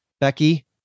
becky